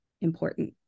important